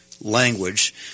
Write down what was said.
language